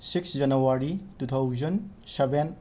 six January two thousand seven